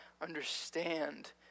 understand